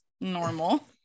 normal